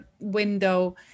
window